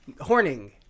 Horning